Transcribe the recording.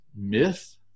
myth